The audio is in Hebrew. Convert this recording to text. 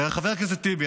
חבר הכנסת טיבי,